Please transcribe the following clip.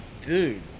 Dude